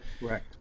right